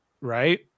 Right